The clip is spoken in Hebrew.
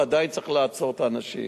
ועדיין צריך לעצור את האנשים.